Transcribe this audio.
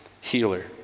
healer